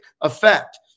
effect